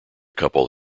couple